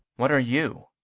what are you?